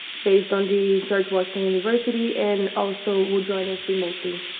based on the george washington university and also will join us remotely.